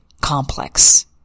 complex